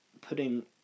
putting